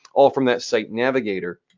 all from that site navigator.